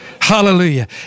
Hallelujah